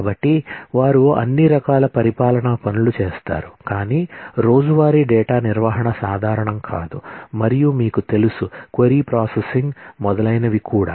కాబట్టి వారు అన్ని రకాల పరిపాలన పనులు చేస్తారు కాని రోజువారీ డేటా నిర్వహణ సాధారణం కాదు మరియు మీకు తెలుసు క్వరీ ప్రాసెసింగ్ మొదలైనవి కూడా